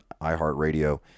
iHeartRadio